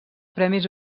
premis